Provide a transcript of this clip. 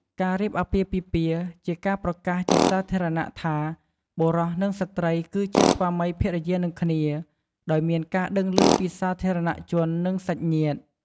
ការរៀបអាពាហ៍ពិពាហ៍ ជាសារប្រកាសជាសាធារណៈថា បុរស និងស្ត្រី គឺជាស្វាមីភរិយានឹងគ្នា ដោយមានការដឹងឮពីសាធារណជន និងសាច់ញាតិ។